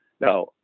Now